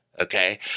Okay